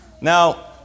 Now